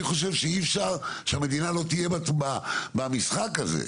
אני חושב שאי אפשר שהמדינה לא תהיה במשחק הזה.